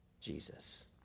Jesus